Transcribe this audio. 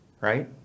right